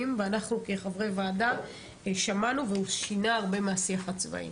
ואנחנו כחברי ועדה שמענו והוא שינה הרבה מהשיח הצבאי.